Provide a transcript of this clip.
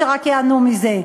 שרק ייהנו מזה?